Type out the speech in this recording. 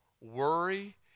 worry